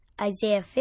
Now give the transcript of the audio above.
Isaiah